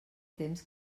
temps